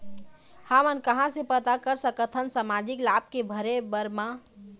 हमन कहां से पता कर सकथन सामाजिक लाभ के भरे बर मा?